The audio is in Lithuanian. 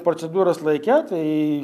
procedūros laike tai